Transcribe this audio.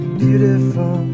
beautiful